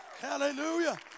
Hallelujah